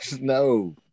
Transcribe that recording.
No